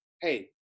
Hey